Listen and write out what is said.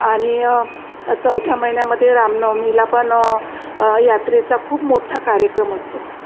आणि चौथ्या महिन्यामध्ये रामनवमीला पण यात्रेचा खूप मोठा कार्यक्रम असतो